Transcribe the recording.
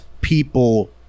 people